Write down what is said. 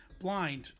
Blind